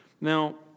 Now